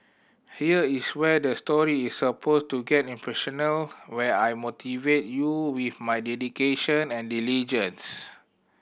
here is where the story is suppose to get inspirational where I motivate you with my dedication and diligence